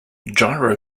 gyro